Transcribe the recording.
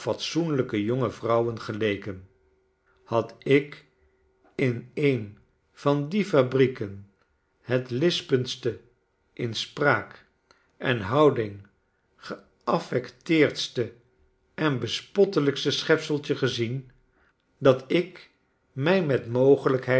fatsoenlijke jonge vrouwen geleken had ik in een van die fabrieken het lispendste in spraak en houding geaffecteerdste en bespottelijkste schepseltje gezien dat ik mij met mogelijkheid